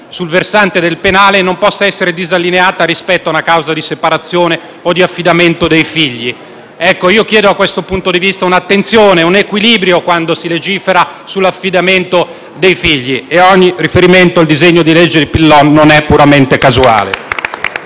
sul versante penale non venga disallineata rispetto a una causa di separazione o di affidamento dei figli. Chiedo dunque, da questo punto di vista, un'attenzione e un equilibrio quando si legifera sull'affidamento dei figli e ogni riferimento il disegno di legge di Pillon non è puramente casuale.